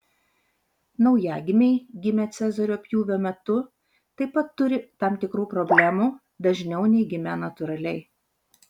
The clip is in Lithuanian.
naujagimiai gimę cezario pjūvio metu taip pat turi tam tikrų problemų dažniau nei gimę natūraliai